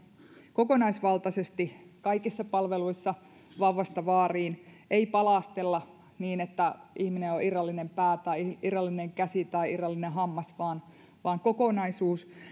kokonaisvaltaisesti kaikissa palveluissa vauvasta vaariin ei palastella niin että ihminen on irrallinen pää tai irrallinen käsi tai irrallinen hammas vaan ihminen on kokonaisuus